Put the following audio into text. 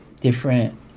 different